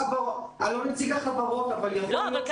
אני לא נציג החברות אבל יכול להיות שזה